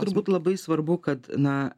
turbūt labai svarbu kad na